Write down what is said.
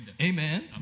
Amen